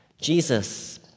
Jesus